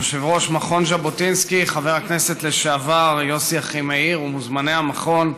יושב-ראש מכון ז'בוטינסקי חבר הכנסת לשעבר יוסי אחימאיר ומוזמני המכון,